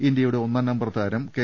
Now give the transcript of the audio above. ഇന്ത്യയുടെ ഒന്നാം നമ്പർ താരം കെ